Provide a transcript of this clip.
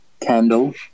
candle